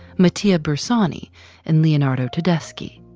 matea bersani and leonardo tedeschi.